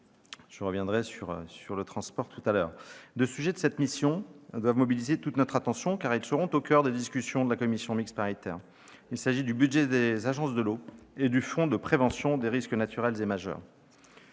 Je reviendrai sur le transport tout à l'heure. Deux sujets de cette mission doivent mobiliser toute notre attention, car ils seront au coeur des discussions de la commission mixte paritaire. Il s'agit du budget des agences de l'eau et du Fonds de prévention des risques naturels majeurs.